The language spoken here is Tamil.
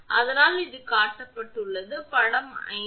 அதனால் அது காட்டப்பட்டுள்ளது படம் 5